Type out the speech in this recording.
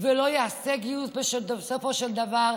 ולא יעשה גיוס בסופו של דבר.